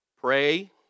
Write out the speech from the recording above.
Pray